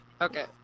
Okay